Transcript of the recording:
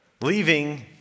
Leaving